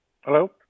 Hello